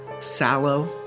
sallow